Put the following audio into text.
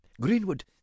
Greenwood